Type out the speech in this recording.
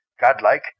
Godlike